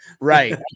right